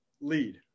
lead